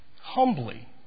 humbly